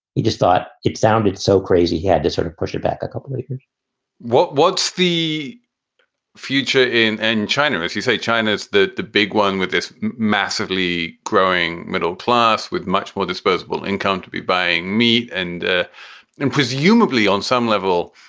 he just thought it sounded so crazy. he had to sort of push it back a couple of years what's the future in and china? as you say, china is the the big one with this massively growing middle class, with much more disposable income to be buying meat. and and presumably on some level,